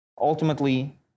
ultimately